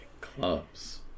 Clubs